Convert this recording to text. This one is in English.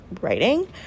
writing